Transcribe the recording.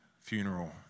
funeral